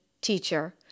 teacher